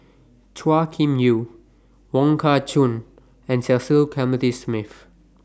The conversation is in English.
Chua Kim Yeow Wong Kah Chun and Cecil Clementi Smith